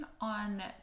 on